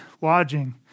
lodging